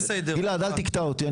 גלעד, אל תקטע אותי.